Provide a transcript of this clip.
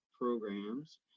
programs